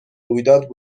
رویداد